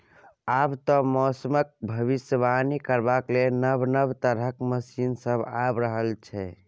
आब तए मौसमक भबिसबाणी करबाक लेल नब नब तरहक मशीन सब आबि रहल छै